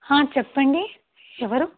చెప్పండి ఎవరు